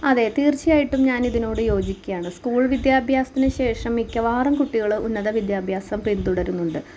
അതെ തീർച്ചയായിട്ടും ഞാൻ ഇതിനോട് യോജിക്കുകയാണ് സ്കൂൾ വിദ്യാഭ്യാസത്തിന് ശേഷം മിക്കവാറും കുട്ടികള് ഉന്നത വിദ്യാഭ്യാസം പിന്തുടരുന്നുണ്ട്